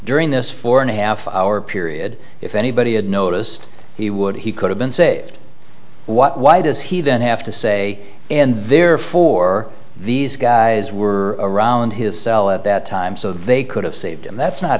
during this four and a half hour period if anybody had noticed he would he could have been saved what why does he then have to say and therefore these guys were around his cell at that time so they could have saved him that's not